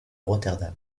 rotterdam